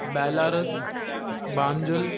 Belarus Banjul